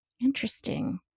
Interesting